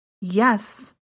Yes